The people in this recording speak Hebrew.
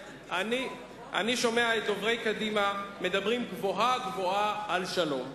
אני שומע את דוברי קדימה מדברים גבוהה-גבוהה על שלום.